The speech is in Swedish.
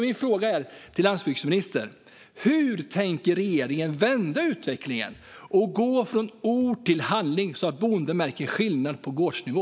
Min fråga till landsbygdsministern är: Hur tänker regeringen vända utvecklingen och gå från ord till handling så att bonden märker skillnad på gårdsnivå?